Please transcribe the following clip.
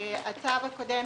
הצו הקודם,